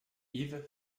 yves